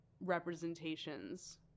representations